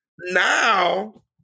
Now